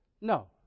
No